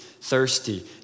thirsty